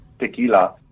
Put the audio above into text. tequila